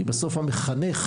כי בסוף המחנך,